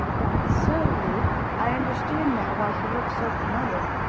that's so, luke. i understand now why he looked so familiar.